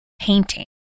painting